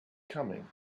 coming